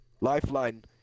Lifeline